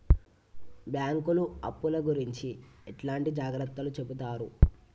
బ్యాంకులు అప్పుల గురించి ఎట్లాంటి జాగ్రత్తలు చెబుతరు?